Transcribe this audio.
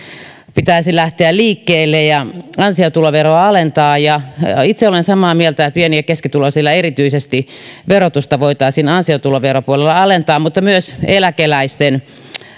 pitäisi lähteä liikkeelle ja ansiotuloveroa alentaa itse olen samaa mieltä että erityisesti pieni ja keskituloisten verotusta voitaisiin ansiotuloveropuolella alentaa mutta myös eläkeläisten